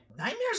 Nightmares